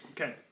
Okay